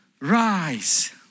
Rise